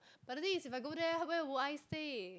but the thing is if I go there where will I stay